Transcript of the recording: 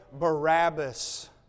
Barabbas